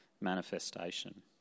manifestation